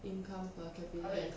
income per capita